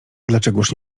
dlaczegóż